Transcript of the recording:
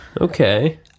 Okay